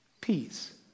peace